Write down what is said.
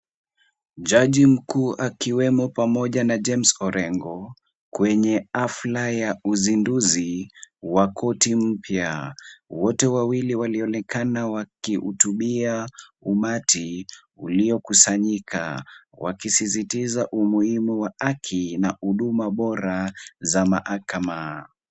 Jaji mkuu akiwemo pamoja na James Orengo kwenye hafla ya uzinduzi wa koti mpya. Wote wawili walioneka wakihutubia umati uliokusanyika, wakisisitiza umuhimu wa haki na huduma bora za mahakama.